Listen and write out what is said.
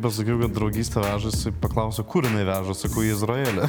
pasakiau kad draugystė vežasi paklausiu kur jinai veža sakau į izraelį